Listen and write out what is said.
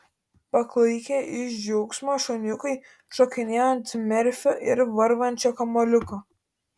paklaikę iš džiaugsmo šuniukai šokinėjo ant merfio ir varvančio kamuoliuko